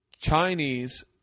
chinese